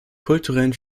kulturellen